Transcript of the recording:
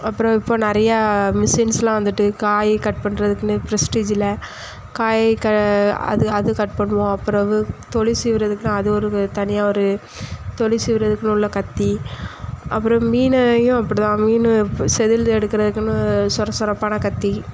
அப்புறம் இப்போ நிறையா மிஷின்ஸ் எல்லாம் வந்துவிட்டு காய் கட் பண்ணுறதுக்குன்னே ப்ரஸ்டீஜில் காய் க அது அது கட் பண்ணுவோம் அப்புறம் தோலி சீவுறதுக்கு அது ஒரு கு தனியாக ஒரு தோலி சீவுறதுக்குன்னு உள்ள கத்தி அப்புறம் மீனையும் அப்படி தான் மீன் செதில் எடுக்கறதுக்குன்னு சொர சொரப்பான கத்தி